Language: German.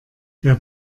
der